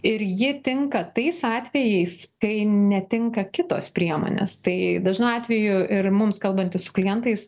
ir ji tinka tais atvejais kai netinka kitos priemonės tai dažnu atveju ir mums kalbantis su klientais